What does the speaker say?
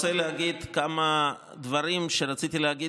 אני רוצה להגיד כמה דברים שרציתי להגיד